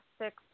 six